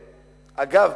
אגב,